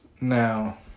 Now